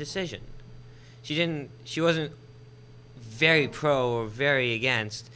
decision she didn't she wasn't very pro or very against